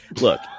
Look